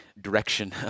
direction